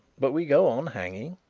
but we go on hanging.